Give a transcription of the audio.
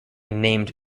named